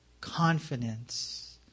confidence